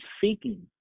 seeking